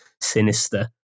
sinister